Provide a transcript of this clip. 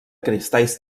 cristalls